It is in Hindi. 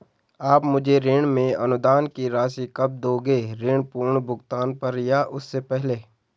आप मुझे ऋण में अनुदान की राशि कब दोगे ऋण पूर्ण भुगतान पर या उससे पहले?